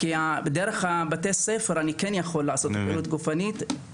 כי דרך בתי הספר אני כן יכול לעשות פעילות ספורט,